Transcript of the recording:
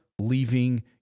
leaving